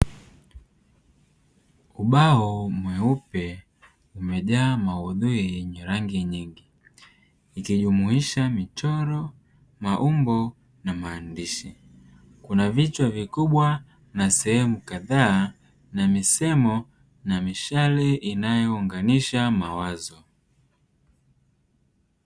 Ubao mweupe umejaa maudhui yenye rangi nyingi, ikijumuisha: michoro, maumbo na maandishi. Kuna vichwa vikubwa na sehemu kadhaa na misemo na mishale inayounganisha mawazo.